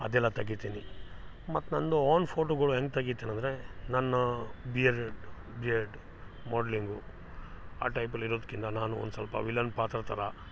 ಅದೆಲ್ಲ ತೆಗಿತೀನಿ ಮತ್ತು ನಂದು ಓನ್ ಫೋಟೋಗಳು ಹೆಂಗ್ ತೆಗಿತೀನಂದರೆ ನನ್ನ ಬಿಯರ್ಡ್ ಬಿಯರ್ಡ್ ಮಾಡ್ಲಿಂಗು ಆ ಟೈಪಲ್ಲಿ ಇರೋದ್ಕಿನ್ನ ನಾನು ಒಂದು ಸ್ವಲ್ಪ ವಿಲನ್ ಪಾತ್ರ ಥರ